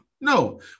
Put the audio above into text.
No